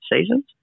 seasons